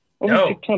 No